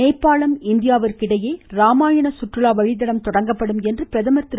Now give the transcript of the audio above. நேபாளம் இந்தியாவிற்கு இடையே ராமாயண சுற்றுலா வழித்தடம் தொடங்கப்படும் என்று பிரதமர் திரு